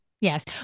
Yes